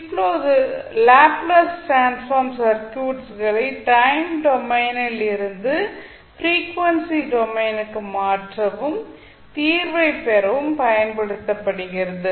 இப்போது Laplace transform circuits களை time டொமைனில் இருந்து பிரீஃவென்சி டொமைனுக்கு மாற்றவும் தீர்வைப் பெறவும் பயன்படுத்தப்படுகிறது